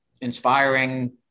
inspiring